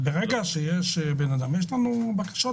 יש לנו בקשות